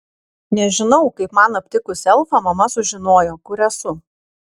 nežinau kaip man aptikus elfą mama sužinojo kur esu